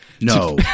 no